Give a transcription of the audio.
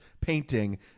painting